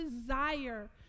desire